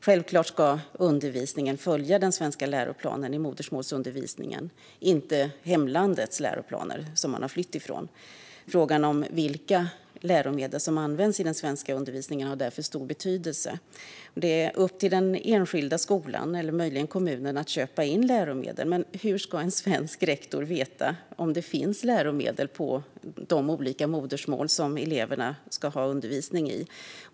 Självklart ska undervisningen följa den svenska läroplanen i modersmålsundervisningen, inte läroplaner från hemlandet som man har flytt från. Frågan om vilka läromedel som används i den svenska undervisningen har därför stor betydelse, och det är upp till den enskilda skolan, eller möjligen kommunen, att köpa in läromedel. Men hur ska en svensk rektor veta om det finns läromedel på de olika modersmål som eleverna ska ha undervisning i?